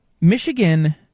Michigan